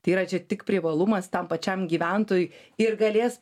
tai yra čia tik privalumas tam pačiam gyventojui ir galės